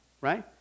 right